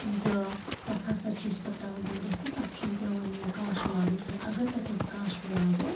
تہٕ تتھ ہَسا چھِ أسۍ پَتہٕ ترٛاوان تِم رستہٕ تتھ چھُنہٕ پیٚوان یہِ کاشوٕ لاگُن کیٚنٛہہ اگر تتھ أسۍ کاشوٕ لاگَوٚو